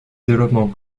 développement